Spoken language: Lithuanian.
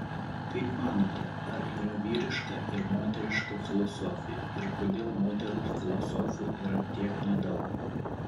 kaip manote ar yra vyriška ir moteriška filosofija ir kodėl moterų filosofių yra tiek nedaug